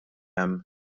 hemm